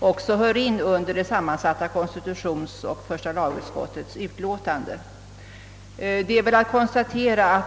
också hör in under sammansatta konstitutionsoch första lagutskottets utlåtande.